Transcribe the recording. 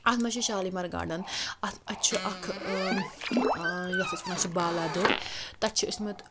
اَتھ منٛز چھِ شالیمار گاڈَن اَتھ اَتہِ چھُ اَکھ یَتھ أسۍ وَنان چھِ بالا دٔرۍ تَتہِ چھِ ٲسۍ مٕتۍ